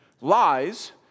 Lies